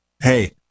Hey